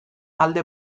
alde